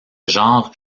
genre